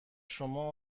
شما